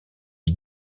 est